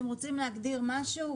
אתם רוצים להגדיר משהו,